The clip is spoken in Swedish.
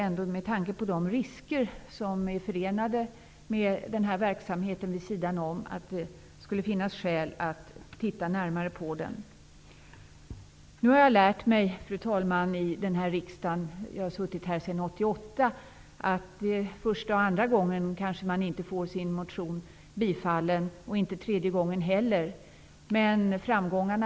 Men med tanke på de risker som är förenade med denna verksamhet finns det ändå skäl att titta närmare på frågan. Fru talman! Jag har nu lärt mig i den här riksdagen, i vilken jag har varit ledamot sedan 1988, att man kanske inte får sin motion tillstyrkt första eller andra gången, och kanske inte heller tredje gången.